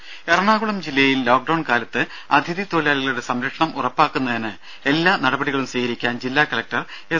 ദേദ എറണാകുളം ജില്ലയിൽ ലോക്ഡൌൺ കാലത്ത് അതിഥി തൊഴിലാളികളുടെ സംരക്ഷണം ഉറപ്പാക്കുന്നതിന് എല്ലാ നടപടികളും സ്വീകരിക്കാൻ ജില്ലാ കളക്ടർ എസ്